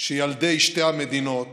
שילדי שתי המדינות